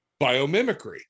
biomimicry